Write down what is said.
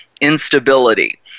instability